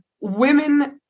women